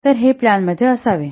तर हे प्लॅन मध्ये असावे